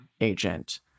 agent